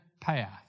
path